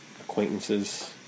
acquaintances